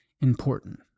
important